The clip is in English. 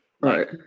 Right